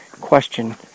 question